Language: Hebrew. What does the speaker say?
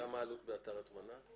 מה העלות באתר הטמנה?